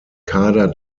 kader